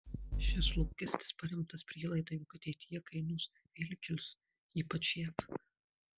šis lūkestis paremtas prielaida jog ateityje kainos vėl kils ypač jav